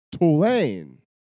Tulane